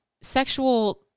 sexual